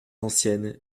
ancienne